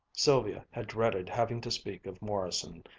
sylvia had dreaded having to speak of morrison,